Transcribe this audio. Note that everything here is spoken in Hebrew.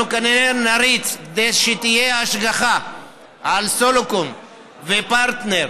כנראה נריץ כדי שתהיה השגחה על סלקום ופרטנר.